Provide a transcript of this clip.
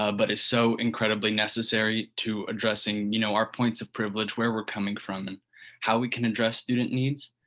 ah but is so incredibly necessary to addressing, you know, our points of privilege, where we're coming from and how we can address student needs.